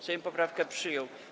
Sejm poprawkę przyjął.